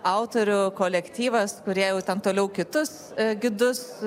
autorių kolektyvas kurie jau ten toliau kitus gidus